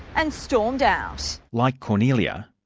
and stormed out. like kornelia,